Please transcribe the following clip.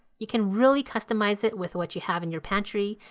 you can really customize it with what you have in your pantry.